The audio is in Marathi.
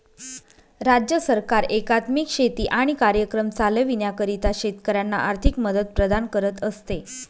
राज्य सरकार एकात्मिक शेती कार्यक्रम चालविण्याकरिता शेतकऱ्यांना आर्थिक मदत प्रदान करत असते